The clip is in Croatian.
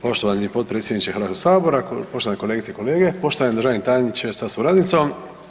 Poštovani potpredsjedniče Hrvatskog sabora, poštovane kolegice i kolege, poštovani državni tajniče sa suradnicom.